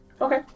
Okay